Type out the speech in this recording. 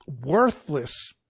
worthless